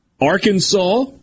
Arkansas